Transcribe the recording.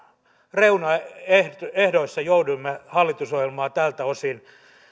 reunaehdoissa jouduimme hallitusohjelmaa tältä osin